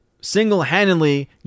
single-handedly